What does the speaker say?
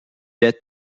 est